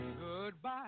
goodbye